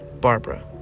Barbara